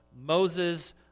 Moses